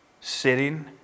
Sitting